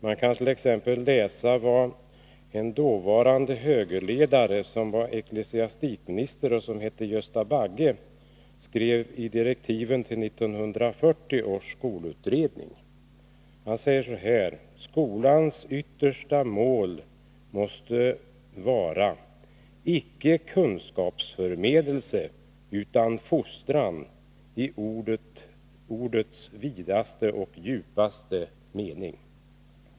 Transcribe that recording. Man kan t.ex. läsa vad en dåvarande högerledare, som var ecklesiastikminister och hette Gösta Bagge, skrev i direktiven till 1940 års skolutredning: Skolans yttersta mål måste vara icke kunskapsförmedling utan fostran i ordets vidaste och djupaste mening.